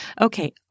Okay